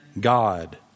God